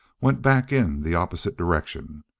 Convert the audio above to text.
went back in the opposite direction,